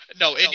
No